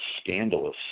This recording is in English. scandalous